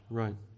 right